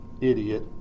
idiot